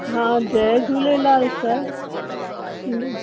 हा जय झूलेलाल सर मां